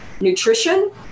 nutrition